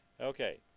Okay